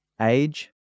Age